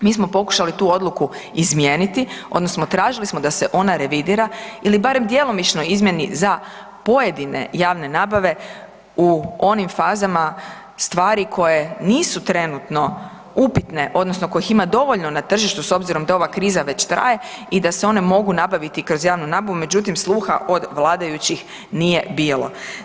Mi smo pokušali tu odluku izmijeniti odnosno tražili smo da se ona revidira ili barem djelomično izmjeni za pojedine javne nabave u onim fazama stvari koje nisu trenutno upitne odnosno kojih ima dovoljno na tržištu s obzirom da ova kriza već traje i da se one mogu nabaviti kroz javnu nabavu, međutim sluha od vladajućih nije bilo.